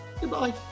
goodbye